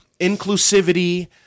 inclusivity